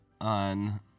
on